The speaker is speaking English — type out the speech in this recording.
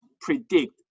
predict